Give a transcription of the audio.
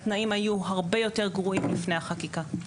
התנאים היו הרבה יותר גרועים לפני החקיקה,